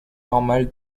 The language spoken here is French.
normale